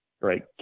right